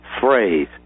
phrase